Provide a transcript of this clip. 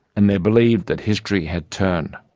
and they believed that history had turned.